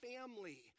family